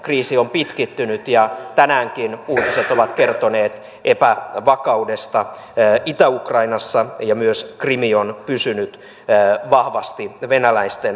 kriisi on pitkittynyt ja tänäänkin uutiset ovat kertoneet epävakaudesta itä ukrainassa ja myös krim on pysynyt vahvasti venäläisten hallinnassa